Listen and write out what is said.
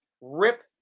rip